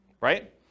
right